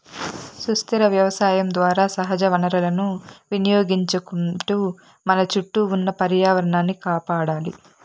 సుస్థిర వ్యవసాయం ద్వారా సహజ వనరులను వినియోగించుకుంటూ మన చుట్టూ ఉన్న పర్యావరణాన్ని కాపాడాలి